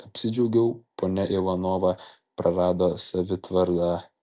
apsidžiaugiau ponia ivanova prarado savitvardą